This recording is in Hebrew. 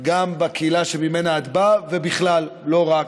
גם בקהילה שממנה את באה, ובכלל, לא רק.